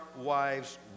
wives